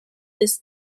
this